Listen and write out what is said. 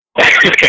Okay